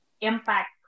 impact